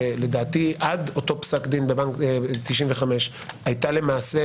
שלדעתי עד אותו פסק דין ב-1995 הייתה למעשה